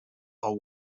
are